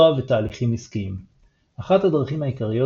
SOA ותהליכים עסקיים אחת הדרכים העיקריות